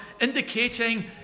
indicating